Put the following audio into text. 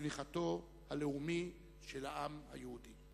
צמיחתו הלאומי של העם היהודי?